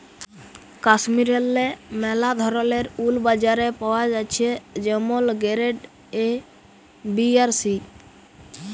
কাশ্মীরেল্লে ম্যালা ধরলের উল বাজারে পাওয়া জ্যাছে যেমল গেরেড এ, বি আর সি